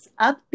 upbeat